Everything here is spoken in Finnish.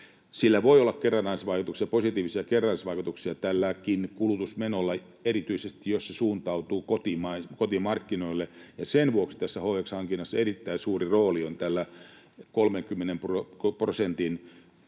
voi olla positiivisia kerrannaisvaikutuksia, erityisesti, jos se suuntautuu kotimarkkinoille, ja sen vuoksi tässä HX-hankinnassa erittäin suuri rooli on tällä 30 prosentin